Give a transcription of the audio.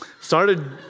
Started